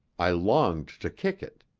i longed to kick it.